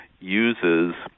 uses